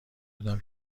بودم